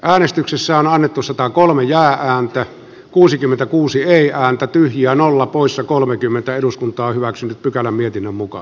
äänestyksessä on alettu sataa kolmen ja häntä kuusikymmentäkuusi ei aika tyhjä nolla poissa kolmekymmentä eduskunta on hyväksynyt pykälä lintilän muutosehdotusta